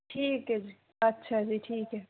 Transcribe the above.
ਠੀਕ ਹੈ ਜੀ ਅੱਛਾ ਜੀ ਠੀਕ ਹੈ